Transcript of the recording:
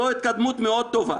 זו התקדמות מאוד טובה,